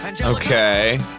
Okay